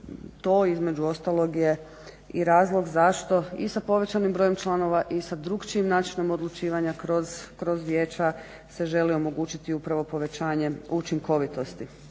je između ostalog je razlog zašto i sa povećanim brojem članova i sa drugačijim načinom odlučivanja kroz vijeća se želi omogućiti upravo povećanje učinkovitosti.